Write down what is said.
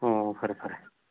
ꯑꯣ ꯐꯔꯦ ꯐꯔꯦ